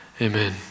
amen